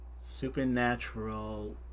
Supernatural